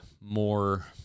more